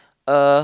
uh